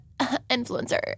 influencer